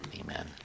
amen